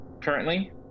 currently